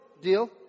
Deal